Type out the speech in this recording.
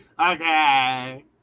Okay